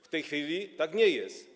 W tej chwili tak nie jest.